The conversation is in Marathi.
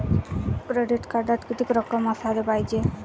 क्रेडिट कार्डात कितीक रक्कम असाले पायजे?